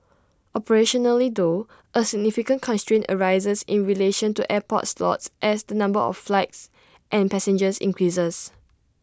operationally though A significant constraint arises in relation to airport slots as the number of flights and passengers increases